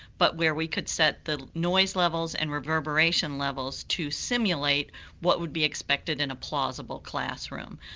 but where we could set the noise levels and reverberation levels to simulate what would be expected in a plausible classroom.